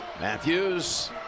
Matthews